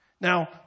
Now